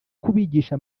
kubigisha